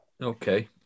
Okay